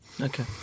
Okay